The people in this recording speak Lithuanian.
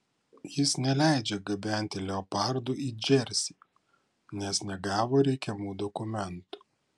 jis neleidžia gabenti leopardų į džersį nes negavo reikiamų dokumentų